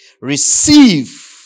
receive